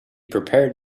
prepared